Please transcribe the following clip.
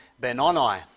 Benoni